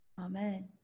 Amen